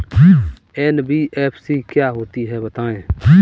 NBFC क्या होता है बताएँ?